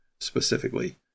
specifically